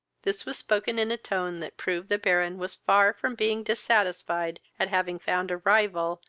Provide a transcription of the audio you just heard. this was spoken in a tone that proved the baron was far from being dissatisfied at having found a rival,